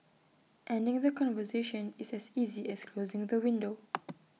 ending the conversation is as easy as closing the window